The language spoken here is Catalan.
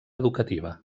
educativa